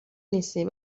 نیستیم